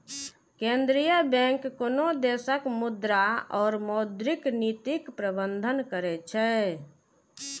केंद्रीय बैंक कोनो देशक मुद्रा और मौद्रिक नीतिक प्रबंधन करै छै